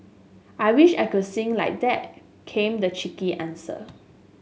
I wish I could sing like that came the cheeky answer